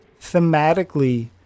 thematically